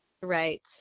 Right